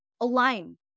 Align